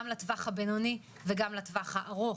גם לטווח הבינוני וגם לטווח הארוך.